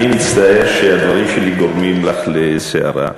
מצטער שהדברים שלי גורמים לך לסערה,